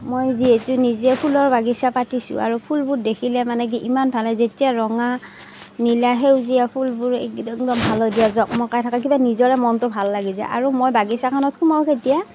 মই যিহেতু নিজে ফুলৰ বাগিছা পাতিছোঁ আৰু ফুলবোৰ দেখিলে মানে ইমান ভাল লাগে যেতিয়া ৰঙা নীলা সেউজীয়া ফুলবোৰ একদম হালধীয়া জকমকাই থকা কিবা নিজৰে মনটো ভাল লাগি যায় আৰু মই বাগিছাখনত সোমাওঁ কেতিয়া